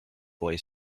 boy